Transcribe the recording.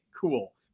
cool